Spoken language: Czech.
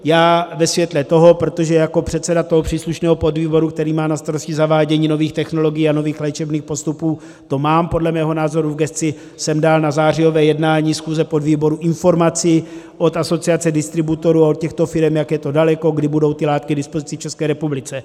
Já ve světle toho, protože jako předseda příslušného podvýboru, který má na starosti zavádění nových technologií a nových léčebných postupů, to mám podle svého názoru v gesci, jsem dal na zářijové jednání schůze podvýboru informaci od asociace distributorů a od těchto firem, jak je to daleko, kdy budou ty látky k dispozici v České republice.